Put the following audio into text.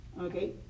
okay